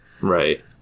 Right